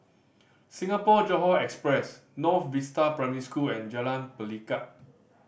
Singapore Johore Express North Vista Primary School and Jalan Pelikat